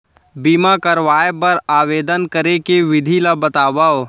बीमा करवाय बर आवेदन करे के विधि ल बतावव?